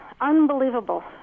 Unbelievable